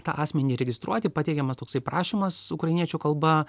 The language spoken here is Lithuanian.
tą asmenį registruoti pateikiamas toksai prašymas ukrainiečių kalba